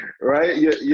Right